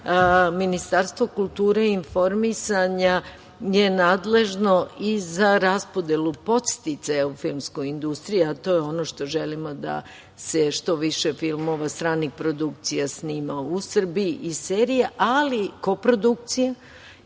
Ministarstvo kulture i informisanja je nadležno i za raspodelu podsticaja u filmskoj industriji, a to je ono što želimo da se što više filmova stranih produkcija snima u Srbiji i serija, ali i koprodukcija